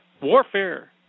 warfare